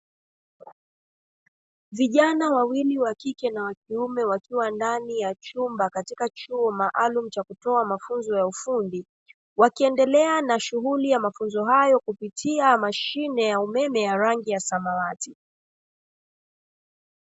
Vijana wawili wa kike na wa kiume wakiwa ndani ya chumba katika chuo maalumu cha kutoa mafunzo ya ufundi, wakiendelea na shughuli ya mafunzo hayo kupitia mashine ya umeme ya rangi ya samawati.